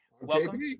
Welcome